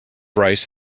rice